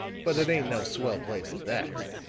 but it ain't no swell place at that.